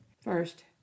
First